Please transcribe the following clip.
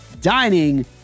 dining